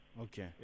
Okay